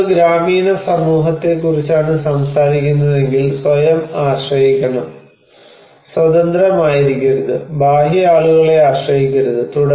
നമ്മൾ ഒരു ഗ്രാമീണ സമൂഹത്തെക്കുറിച്ചാണ് സംസാരിക്കുന്നതെങ്കിൽ സ്വയം ആശ്രയിക്കണം സ്വതന്ത്രമായിരിക്കരുത് ബാഹ്യ ആളുകളെ ആശ്രയിക്കരുത്